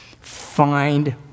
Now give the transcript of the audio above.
find